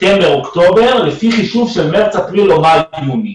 ספטמבר-אוקטובר לפי חישוב של מארס-אפריל או מאי-יוני.